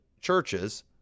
churches